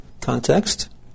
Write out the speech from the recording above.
context